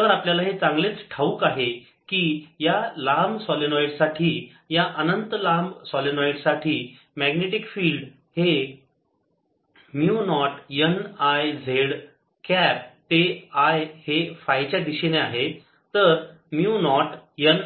तर आपल्याला हे चांगलेच ठाऊक आहे की या लांब सोलेनोईड साठी या अनंत लांब सोलेनोईड साठी मॅग्नेटिक फिल्ड हे mu naught n I z cap ते I हे फाय च्या दिशेने आहे तर म्यु नॉट n